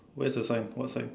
where's the sign what sign